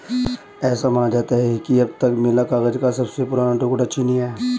ऐसा माना जाता है कि अब तक मिला कागज का सबसे पुराना टुकड़ा चीनी है